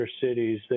cities